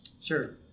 Sure